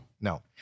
No